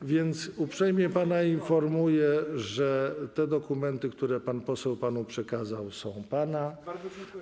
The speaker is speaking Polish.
A więc uprzejmie pana informuję, że te dokumenty, które pan poseł panu przekazał, są pańskie.